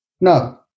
No